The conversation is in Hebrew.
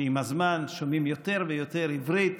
שעם הזמן שומעים יותר ויותר עברית,